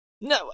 No